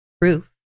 proof